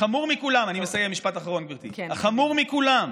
וחמור מכולם,